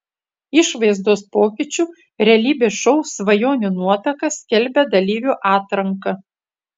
išvaizdos pokyčių realybės šou svajonių nuotaka skelbia dalyvių atranką